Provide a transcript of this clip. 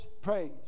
praise